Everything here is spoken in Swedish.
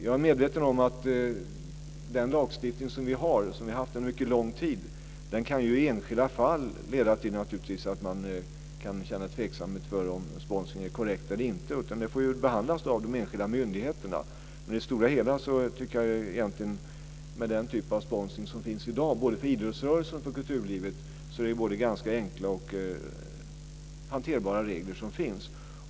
Jag är medveten om att den lagstiftning som vi har och har haft under en mycket lång tid i enskilda fall naturligtvis kan leda till att man kan känna tveksamhet till om sponsring är korrekt eller inte. Det får behandlas av de enskilda myndigheterna. I det stora hela tycker jag egentligen att med den typ av sponsring som finns i dag för både idrottsrörelsen och kulturlivet är det ganska enkla och hanterbara regler.